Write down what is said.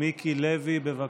מיקי לוי, בבקשה.